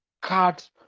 cut